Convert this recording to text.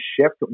shift